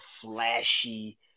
flashy